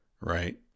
right